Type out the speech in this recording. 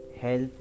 health